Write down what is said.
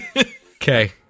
Okay